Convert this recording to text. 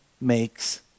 makes